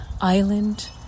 island